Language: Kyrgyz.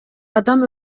адам